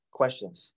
questions